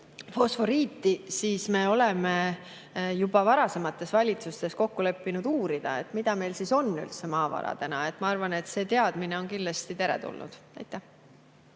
fosforiiti, siis me oleme juba varasemates valitsustes kokku leppinud uurida, mida meil siin üldse maavaradena on. Ma arvan, et see teadmine on kindlasti teretulnud.